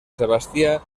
sebastià